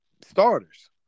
starters